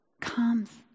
comes